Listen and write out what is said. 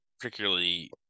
particularly